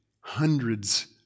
hundreds